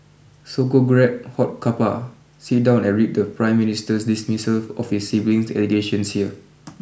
so go grab hot cuppa sit down and read the prime minister's dismissal of his siblings allegations here